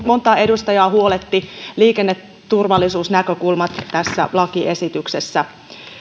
montaa edustajaa huolettivat liikenneturvallisuusnäkökulmat tässä lakiesityksessä